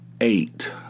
Eight